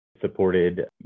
supported